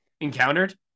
encountered